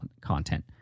content